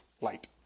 light